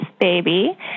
baby